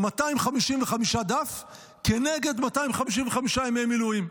255 דף כנגד 255 ימי מילואים.